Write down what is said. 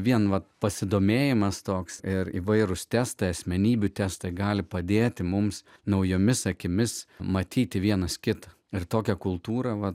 vien vat pasidomėjimas toks ir įvairūs testai asmenybių testą gali padėti mums naujomis akimis matyti vienas kitą ir tokią kultūrą